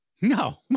No